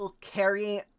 carrying